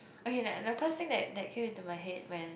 okay the the first thing that came into my head when